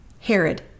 Herod